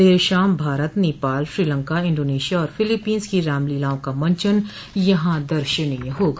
देर शाम भारत नेपाल श्रीलंका इंडोनेशिया और फिलीपींस की रामलीलाओं का मंचन यहां दर्शनीय होगा